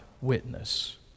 witness